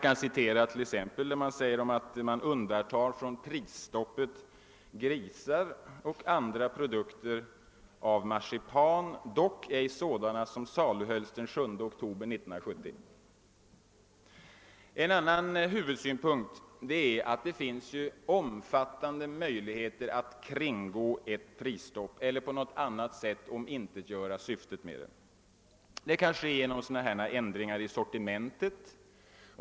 Det framhålles bl.a. att undantagna från prisstoppet är »grisar och andra produkter av marsipan, dock ej sådana som saluhölls den 7 okt. 1970». En andra huvudsynpunkt är att det finns stora möjligheter att kringgå ett prisstopp eller på annat sätt omintetgöra syftet med det. Det kan ske genom ändringar i sortimentet.